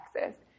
Texas